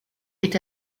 est